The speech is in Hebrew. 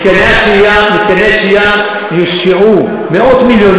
במתקני השהייה יושקעו מאות מיליונים,